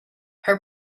her